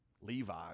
Levi